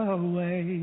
away